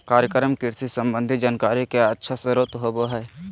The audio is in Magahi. कार्यक्रम कृषि संबंधी जानकारी के अच्छा स्रोत होबय हइ